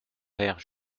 père